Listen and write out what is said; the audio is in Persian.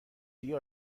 دیگه